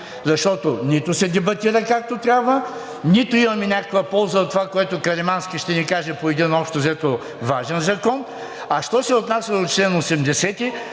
защото нито се дебатира, както трябва, нито имаме някаква полза от това, което Каримански ще ни каже по един, общо взето, важен закон, а що се отнася до чл. 80,